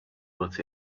but